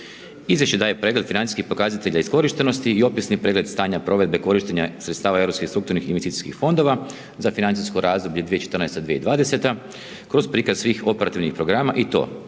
Izvješće daje pregled financijskih pokazatelja iskorištenosti i opisni predmet stanja provedbe korištenja sredstava europskih strukturnih fondova, za financijsko razdoblje 2014.-2020. kroz prikaz svih operativnih programa i to